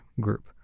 group